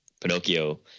Pinocchio